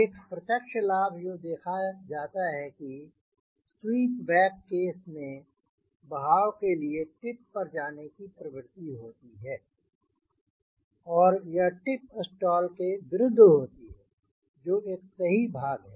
एक प्रत्यक्ष लाभ जो देखा जाता है की किसी स्वीप बैक केस में बहाव के लिए टिप पर जाने की प्रवृत्ति होती है और यह टिप स्टाल के विरुद्ध होती है जो एक सही भाग है